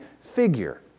figure